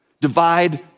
divide